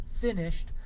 finished